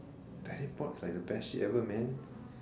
teleport is like the best shit ever man